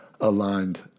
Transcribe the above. aligned